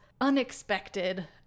unexpected